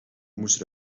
moesten